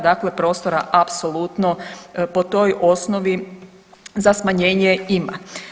Dakle, prostora apsolutno po toj osnovi za smanjenje ima.